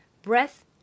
Breath